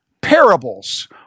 Parables